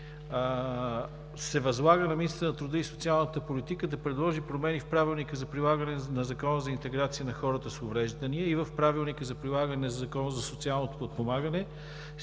се възлага на министъра на труда и социалната политика да предложи промени в Правилника за прилагане на Закона за интеграция на хората с увреждания и в Правилника за прилагане на Закона за социалното подпомагане